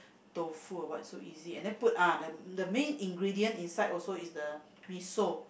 tofu ah what so easy and then put ah the the main ingredient inside also is the miso